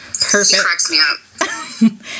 perfect